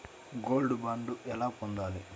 Gold bond ఎలా పొందాలి?